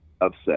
upset